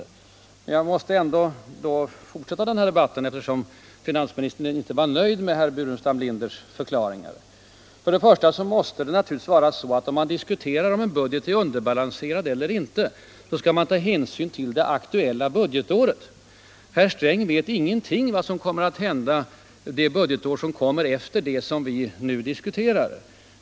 Nu måste jag tydligen ändå fortsätta den debatten, eftersom finansminstern inte var nöjd med herr Burenstam Linders förklaringar. Först och främst måste det naturligtvis vara så att man, när man diskuterar huruvida en budget är underbalanserad eller inte, skall ta hänsyn till det aktuella budgetåret. Herr Sträng vet inget om vad som kommer att hända under budgetåret efter det som vi nu diskuterar.